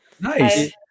Nice